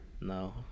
No